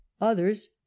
others